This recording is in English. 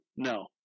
no